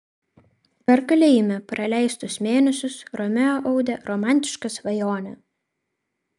per kalėjime praleistus mėnesius romeo audė romantišką svajonę